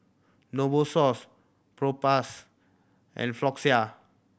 Novosource Propass and Floxia